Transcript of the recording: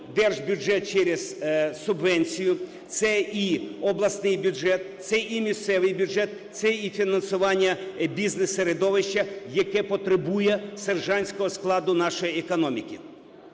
держбюджет через субвенцію, це і обласний бюджет, це і місцевий бюджет, це і фінансування бізнес-середовища, яке потребує сержантського складу нашої економіки.